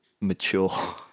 mature